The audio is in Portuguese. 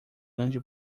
grande